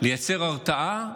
לייצר הרתעה,